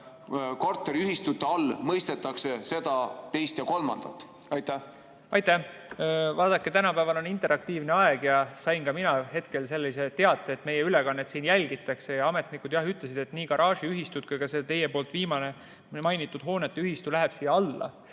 korteriühistute all mõistetakse seda, teist ja kolmandat. Aitäh! Vaadake, tänapäeval on interaktiivne aeg ja ka mina sain hetkel sellise teate. Meie ülekannet siin jälgitakse ja ametnikud ütlesid, et nii garaažiühistu kui ka teie viimati mainitud hooneühistu läheb siia alla.